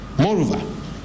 Moreover